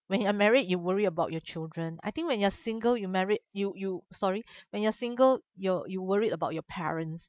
when you're married you worry about your children I think when you're single you married you you sorry when you're single you're you worried about your parents